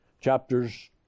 Chapters